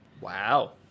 wow